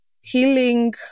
healing